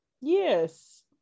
Yes